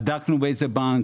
בדקנו באיזה בנק,